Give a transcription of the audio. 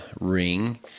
ring